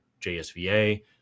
JSVA